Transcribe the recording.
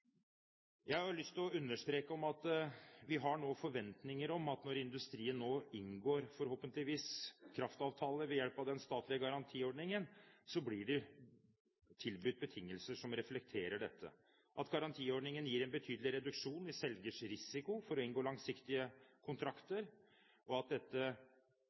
Jeg har lyst til å understreke at vi har nå forventninger til at industrien, når den nå – forhåpentligvis – inngår kraftavtaler ved hjelp av den statlige garantiordningen, blir tilbudt betingelser som reflekterer at garantiordningen gir en betydelig reduksjon i selgers risiko ved å inngå langsiktige kontrakter. At dette